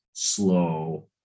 slow